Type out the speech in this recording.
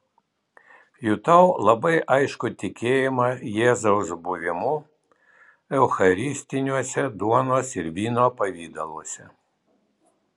jutau labai aiškų tikėjimą jėzaus buvimu eucharistiniuose duonos ir vyno pavidaluose